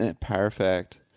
Perfect